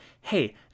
Hey